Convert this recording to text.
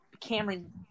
Cameron